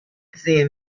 seeing